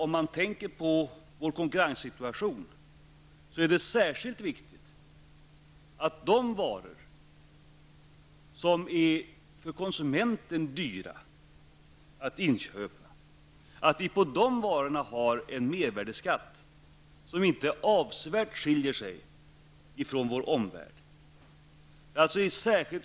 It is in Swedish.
Med tanke på vår konkurrenssituation är det särskilt viktigt att vi på de varor som för konsumenten är dyra i inköp har en mervärdeskatt som inte avsevärt skiljer sig från vad som gäller i vår omvärld.